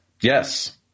Yes